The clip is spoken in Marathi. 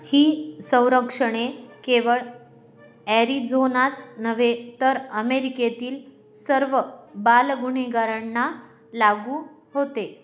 ही संरक्षणे केवळ ॲरिझोनाच नव्हे तर अमेरिकेतील सर्व बालगुन्हेगारांना लागू होते